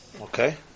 okay